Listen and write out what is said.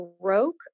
broke